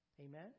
Amen